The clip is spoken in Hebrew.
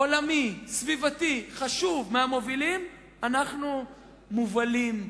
עולמי וסביבתי חשוב, מהמובילים, אנחנו מובלים.